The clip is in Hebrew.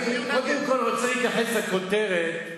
אני רוצה להתייחס קודם כול לכותרת,